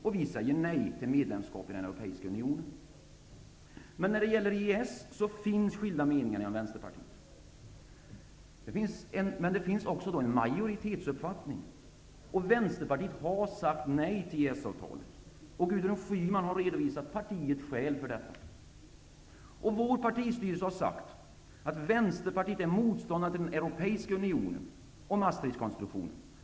Vi säger nej till medlemskap i den europeiska unionen. När det gäller EES finns det skilda meningar inom Vänsterpartiet, men det finns en majoritetsuppfattning. Vänsterpartiet har sagt nej till EES-avtalet. Gudrun Schyman har redovisat partiets skäl för detta. Vår partistyrelse har sagt att Vänsterpartiet är motståndare till den europeiska unionen och Maastrichtkonstruktionen.